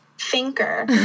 thinker